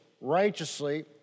righteously